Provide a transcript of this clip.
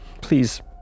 Please